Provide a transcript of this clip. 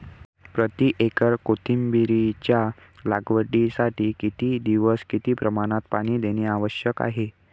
प्रति एकर कोथिंबिरीच्या लागवडीसाठी किती दिवस किती प्रमाणात पाणी देणे आवश्यक आहे?